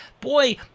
boy—